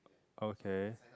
okay